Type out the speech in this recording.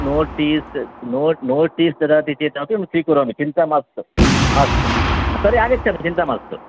notice notice ददाति चेदपि अहं स्वीकरोमि चिन्ता मास्तु अस्तु तर्हि आगच्छामि चिन्ता मास्तु